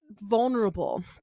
vulnerable